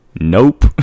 nope